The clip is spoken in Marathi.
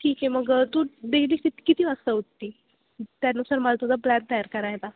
ठीक आहे मग तू डेली किती किती वाजता उठते त्यानुसार मला तुझा प्लॅन तयार करायला